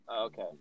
Okay